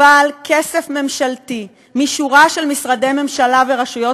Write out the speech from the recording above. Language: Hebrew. אבל כסף ממשלתי משורה של משרדי ממשלה ורשויות